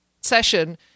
session